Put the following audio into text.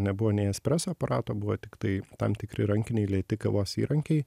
nebuvo nei espreso aparato buvo tiktai tam tikri rankiniai lėti kavos įrankiai